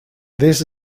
this